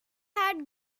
had